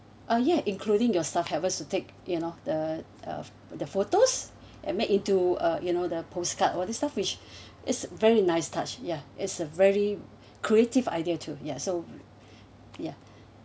oh yeah including your staff helped us to take you know the uh the photos and made into a you know the postcard all these stuff which is very nice touch ya it's a very creative idea too ya so yeah